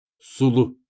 Sulu